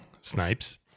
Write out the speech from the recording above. snipes